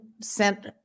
sent